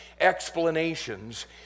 explanations